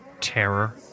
terror